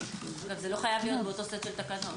זה לא חייב להיות באותו סט תקנות.